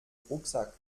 rucksack